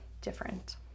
different